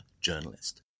journalist